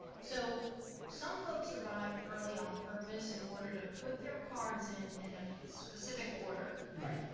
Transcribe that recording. so some folks arrive early on purpose in order to put their cards in in a specific order. right.